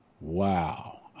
Wow